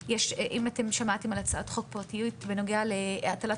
ואם שמעתם על הצעת חוק פרטית בנוגע להטלת